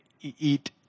eat